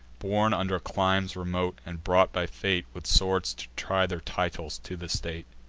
born under climes remote, and brought by fate, with swords to try their titles to the state.